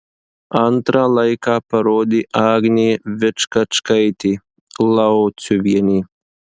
antrą laiką parodė agnė vičkačkaitė lauciuvienė